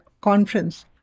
conference